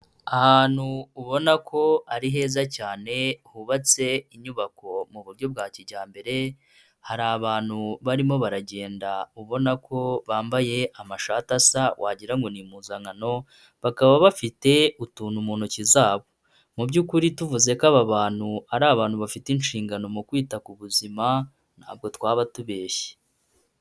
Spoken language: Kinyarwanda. Ahantu ubona ko ari heza cyane, hubatse inyubako mu buryo bwa kijyambere, hari abantu barimo baragenda ubona ko bambaye amashati asa wagira ngo ni impuzankano, bakaba bafite utuntu mu ntoki zabo. Mu by'ukuri tuvuze ko aba bantu ari abantu bafite inshingano mu kwita ku buzima, ntabwo twaba tubeshye.